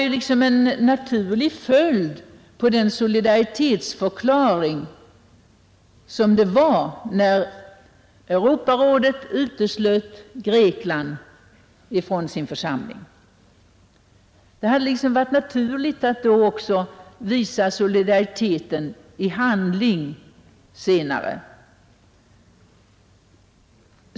Det hade varit en naturlig konsekvens av den solidaritetsförklaring, som Europarådets uteslutande av Grekland innebar, att senare i handling följa upp denna linje.